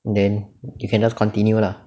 then you can just continue lah